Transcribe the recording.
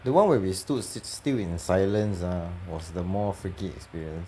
the one where we stood still in silence ah was the more freaky experience